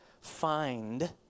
find